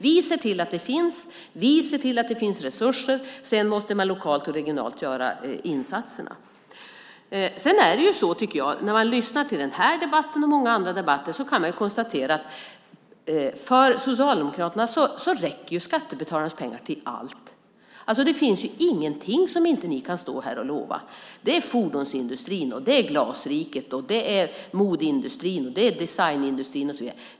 Vi ser till att de finns, vi ser till att det finns resurser, men sedan måste man lokalt och regionalt göra insatserna. När man lyssnar till den här debatten och många andra debatter kan man konstatera att enligt Socialdemokraterna räcker skattebetalarnas pengar till allt. Det finns ingenting som inte ni kan stå här och lova. Det är löften till fordonsindustrin, Glasriket, modeindustrin, designindustrin och så vidare.